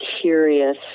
curious